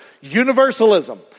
Universalism